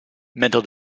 mental